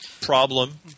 problem